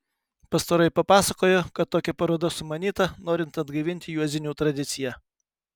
pastaroji papasakojo kad tokia paroda sumanyta norint atgaivinti juozinių tradiciją